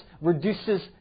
reduces